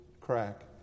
crack